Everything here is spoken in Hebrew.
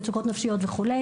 מצוקות נפשיות וכו'.